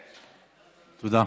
תודה.